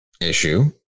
issue